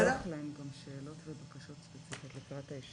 נועלת את הישיבה.